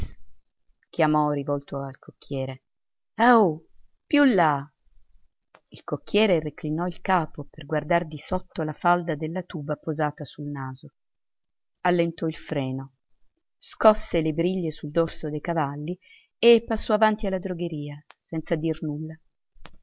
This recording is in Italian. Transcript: chiamò rivolto al cocchiere ahò più là il cocchiere reclinò il capo per guardar di sotto la falda della tuba posata sul naso allentò il freno scosse le briglie sul dorso dei cavalli e passò avanti alla drogheria senza dir nulla